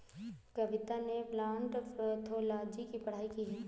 कविता ने plant pathology की पढ़ाई की है